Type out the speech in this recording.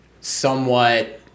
somewhat